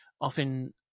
often